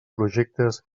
projectes